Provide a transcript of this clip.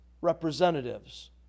representatives